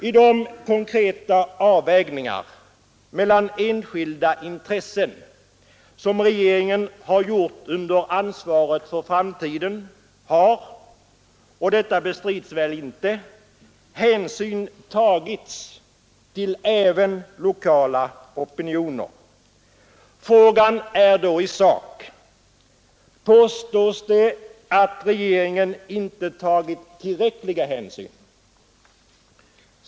I de konkreta avvägningar mellan enskilda intressen som regeringen har gjort under ansvar för framtiden har — och detta bestrids väl inte — hänsyn tagits även till lokala opinioner. Frågan är då i sak: Påstås det att regeringen inte tagit tillräckliga hänsyn?